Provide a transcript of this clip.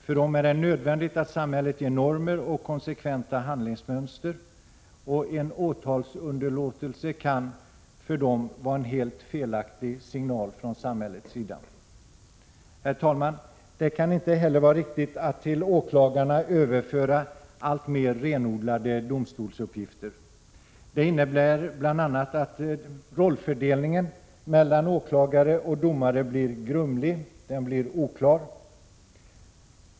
För dem är det nödvändigt att samhället ger normer och konsekventa handlingsmönster, och en åtalsunderlåtelse kan för dem vara en helt felaktig signal från samhällets sida. Herr talman! Det kan inte heller vara riktigt att till åklagarna överföra alltmer renodlade domstolsuppgifter. Det innebär bl.a. att rollfördelningen mellan åklagare och domare blir grumlig och oklar.